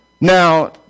Now